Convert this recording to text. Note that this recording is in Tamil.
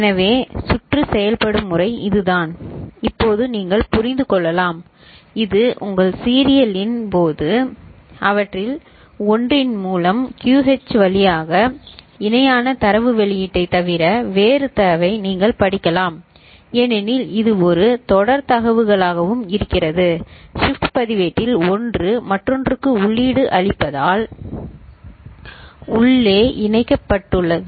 எனவே சுற்று செயல்படும் முறை இதுதான் இப்போது நீங்கள் புரிந்து கொள்ளலாம் இது உங்கள் சீரியல் இன் போது அவற்றில் ஒன்றின் மூலம் QH வழியாக இணையான தரவு வெளியீட்டைத் தவிர வேறு தரவை நீங்கள் படிக்கலாம் ஏனெனில் இது ஒரு தொடர் தரவுகளாகவும் இருக்கிறது ஷிப்ட் பதிவேட்டில் ஒன்று மற்றொன்றுக்கு உள்ளீடு அளிப்பதால் உள்ளே இணைக்கப்பட்டுள்ளது